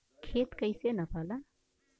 खेत कैसे नपाला?